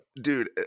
Dude